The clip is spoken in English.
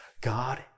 God